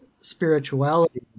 spirituality